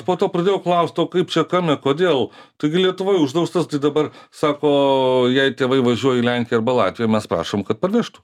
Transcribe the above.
po to pradėjau klaust o kaip čia kame kodėl taigi lietuvoj uždraustas tai dabar sako jei tėvai važiuoja į lenkiją arba latviją mes prašom kad parvežtų